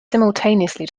simultaneously